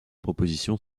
proposition